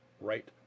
right